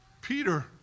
Peter